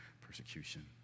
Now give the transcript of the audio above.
persecution